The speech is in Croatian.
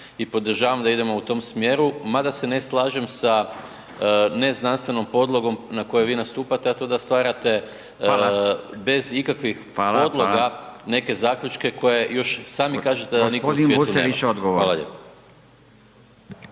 i podržavam da idemo u tom smjeru, mada se ne slažem sa neznanstvenom podlogom na kojoj vi nastupate, a to da stvarate bez ikakvih …/Upadica: Hvala./… podloga neke zaključke koje još sami kažete da …/Govornici